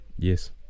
Yes